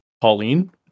Pauline